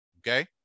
okay